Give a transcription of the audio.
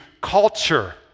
culture